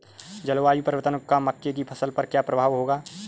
जलवायु परिवर्तन का मक्के की फसल पर क्या प्रभाव होगा?